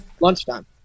lunchtime